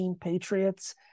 Patriots